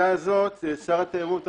שר התיירות עכשיו,